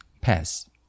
pass